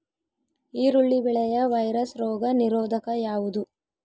ಈರುಳ್ಳಿ ಬೆಳೆಯ ವೈರಸ್ ರೋಗ ನಿರೋಧಕ ಯಾವುದು?